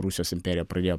rusijos imperija pradėjo